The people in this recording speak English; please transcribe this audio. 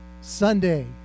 Sunday